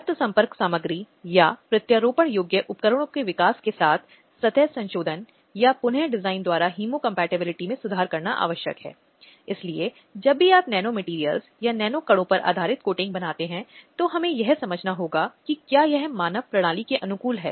हालाँकि लड़ाई एक लंबी है संघर्ष एक लंबा है और इस संबंध में बहुत कुछ किया जाना बाकी है